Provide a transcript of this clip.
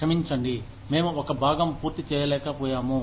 క్షమించండి మేము ఒక భాగం పూర్తి పూర్తిచేయలేకపోయాము